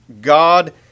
God